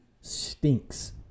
stinks